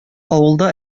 авылда